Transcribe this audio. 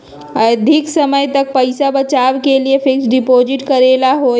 अधिक समय तक पईसा बचाव के लिए फिक्स डिपॉजिट करेला होयई?